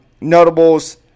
Notables